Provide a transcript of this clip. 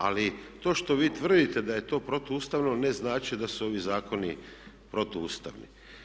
Ali to što vi tvrdite da je to protu ustavno ne znači da su ovi zakoni protu ustavni.